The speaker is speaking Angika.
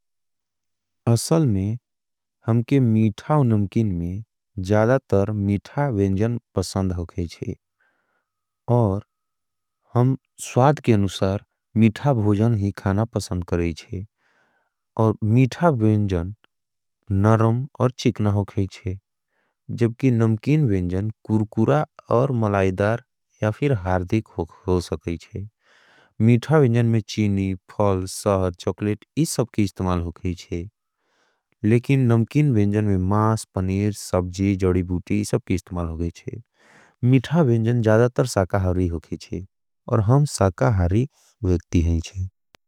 असल में हमके मीठा और नमकिन में ज़्यादा तर मीठा वेंजन पसंद होगे ज़्यादा तर मीठा वेंजन पसंद होगे। ज़्यादा तर मीठा वेंजन पसंद होगे। ज़्यादा तर मी लेकिन नमकिन वेंजन में मास, पनेर, सबजी, ज़ोड़ी, बूती। सबकी इस्तुमाल होगे चे मीठा वेंजन ज़्यादा तर साकहारी होगे चे और हम साकहारी वेक्ति हैं चे।